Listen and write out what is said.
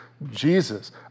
Jesus